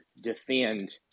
defend